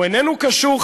הוא איננו קשור,